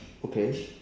okay